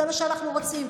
זה מה שאנחנו רוצים.